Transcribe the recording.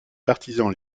partisans